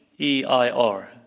E-I-R